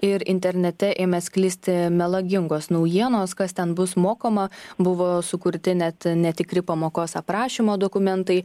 ir internete ėmė sklisti melagingos naujienos kas ten bus mokoma buvo sukurti net netikri pamokos aprašymo dokumentai